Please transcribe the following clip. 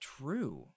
true